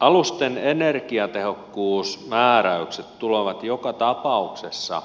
alusten energiatehokkuusmääräykset tulevat joka tapauksessa